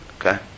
Okay